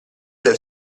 del